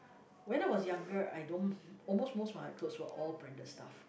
when I was younger I don't almost most of my clothes were all branded stuff